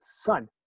son